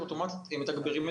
אלא אני מדבר בשם